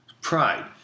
pride